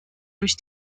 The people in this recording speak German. durch